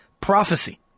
prophecy